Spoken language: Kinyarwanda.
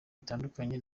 bitandukanye